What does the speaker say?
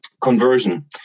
conversion